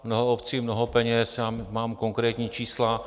Mnoho obcí, mnoho peněz, já mám konkrétní čísla.